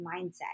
mindset